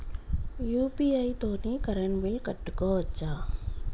UPI తోని current bill కట్టుకోవచ్ఛా?